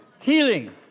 Healing